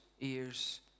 ears